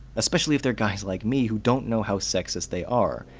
especially if they're guys like me who don't know how sexist they are,